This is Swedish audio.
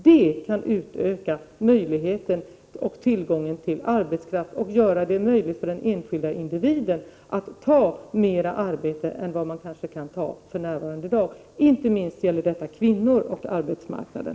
Det kan utöka möjligheten till och tillgången på arbetskraft och göra det möjligt för den enskilda individen att ta mera arbete än vad som kanske är möjligt att ta för närvarande. Inte minst gäller detta kvinnor och arbetsmarknaden.